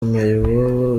mayibobo